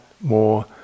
more